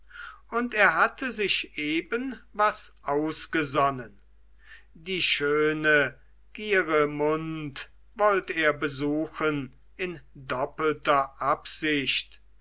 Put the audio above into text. und er hatte sich eben was ausgesonnen die schöne gieremund wollt er besuchen in doppelter absicht